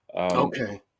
Okay